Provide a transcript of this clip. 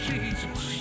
Jesus